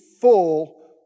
full